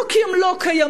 לא כי הם לא קיימים,